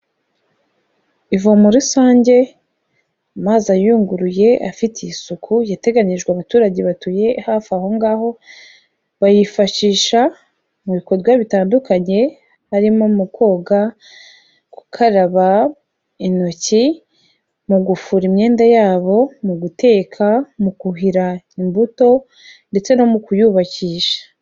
Ivomo rusange amazi ayunguruye afite isuku, yateganyirijwe abaturage batuye hafi aho ngaho, bayifashisha mu bikorwa bitandukanye, harimo mu koga, gukaraba intoki, mu gufura imyenda yabo, mu guteka, mu kuhira imbuto ndetse no mu kuyubakisha.